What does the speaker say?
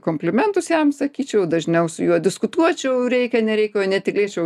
komplimentus jam sakyčiau dažniau su juo diskutuočiau reikia nereikia o ne tylėčiau